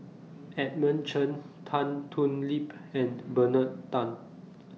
Edmund Chen Tan Thoon Lip and Bernard Tan